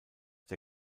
der